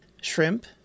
shrimp